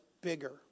bigger